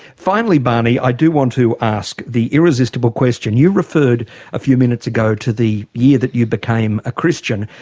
finally barney, i do want to ask the irresistible question. you referred a few minutes ago to the year that you became a christian.